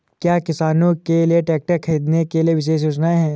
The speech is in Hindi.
क्या किसानों के लिए ट्रैक्टर खरीदने के लिए विशेष योजनाएं हैं?